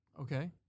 okay